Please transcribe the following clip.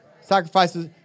Sacrifices